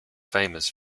famous